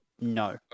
No